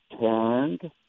turned